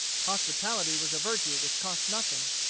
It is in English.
hospitality was a virtue which cost nothing.